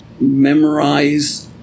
memorize